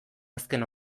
azken